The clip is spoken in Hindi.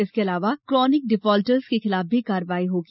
इसके अलावा कानिक डिफाल्टर्स के खिलाफ भी कार्यवाही होगी